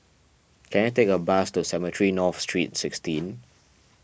can I take a bus to Cemetry North Street sixteen